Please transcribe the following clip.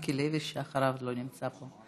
גם מיקי לוי, שאחריו, לא נמצא פה.